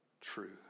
true